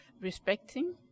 respecting